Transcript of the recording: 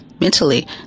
mentally